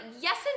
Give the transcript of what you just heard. yes